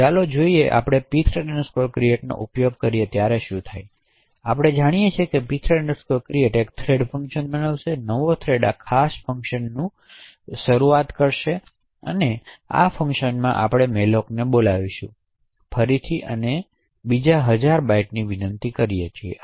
હવે ચાલો જોઈએ કે જ્યારે આપણે pthread create નો ઉપયોગ કરીએ ત્યારે શું થશે જેથી આપણે જાણીએ કે pthread create એક થ્રેડ ફંક્શન બનાવશે અને નવો થ્રેડ આ ખાસ ફંક્શનનું શૂટિંગ શરૂ કરી શકે તેથી આ ફંક્શનમાં આપણે મેલોકને બોલાવીશું ફરીથી અને બીજા હજાર બાઇટ્સ વિનંતી છે